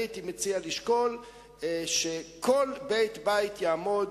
אני הייתי מציע לשקול שכל בית-אב יעמוד,